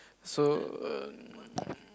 so